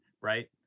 right